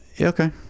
okay